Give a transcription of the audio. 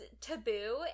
taboo